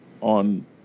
on